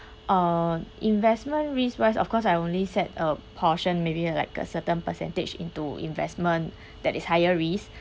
uh investment risk wise of course I only set a portion maybe like a certain percentage into investment that is higher risk